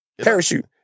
Parachute